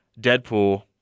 Deadpool